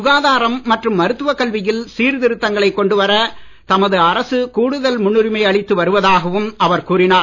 சுகாதாரம் மற்றும் மருத்துவக் கல்வியில் சீர்திருத்தங்களைக் கொண்டு வர தனது அரசு கூடுதல் முன்னுரிமை அளித்து வருவதாகவும் அவர் கூறினார்